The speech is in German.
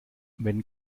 wenn